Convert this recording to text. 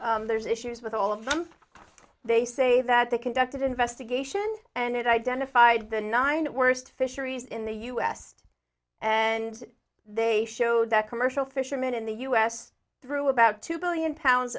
however there's issues with all of them they say that they conducted investigation and it identified the nine worst fisheries in the u s and they showed that commercial fishermen in the u s through about two billion pounds